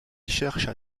cherche